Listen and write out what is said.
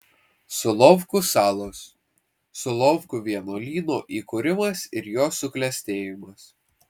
solovkų salos solovkų vienuolyno įkūrimas ir jo suklestėjimas